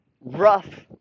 rough